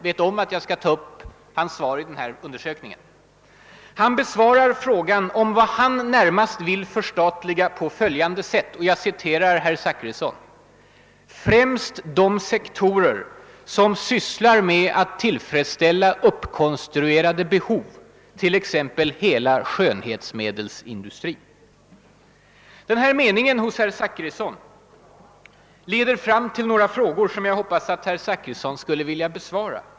Han besvarar frågan om vad han närmast vill förstatliga på följande sätt: »Främst de sektorer som sysslar med att tillfredsställa ”uppkonstruerade behov” t.ex. hela skönhetsmedelsindustrin.» Denna mening hos herr Zachrisson leder fram till några frågor som jag hoppas att herr Zachrisson vill besvara.